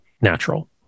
natural